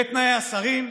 בתנאי השרים,